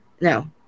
No